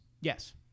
Yes